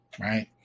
right